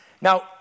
Now